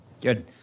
Good